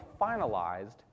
finalized